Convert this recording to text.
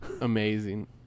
amazing